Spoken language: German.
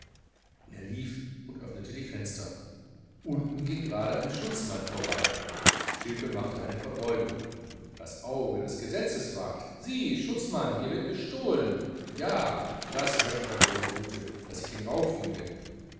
er lief und öffnete die fenster unten ging gerade ein schutzmann vorbei stilpe machte eine verbeugung das auge des gesetzes wacht sie schutzmann hier wird gestohlen ja das möcht er wohl der gute daß ich ihn